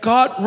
God